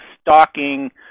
stalking